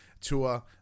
tour